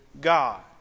God